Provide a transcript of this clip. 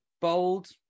bold